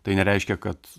tai nereiškia kad